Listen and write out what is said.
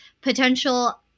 Potential